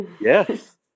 Yes